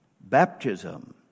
baptism